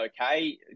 okay